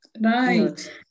Right